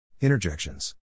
Interjections